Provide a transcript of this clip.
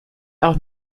auch